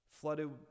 Flooded